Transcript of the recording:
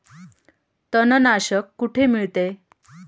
तणनाशक कुठे मिळते?